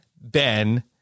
Ben